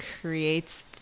creates